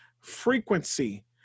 frequency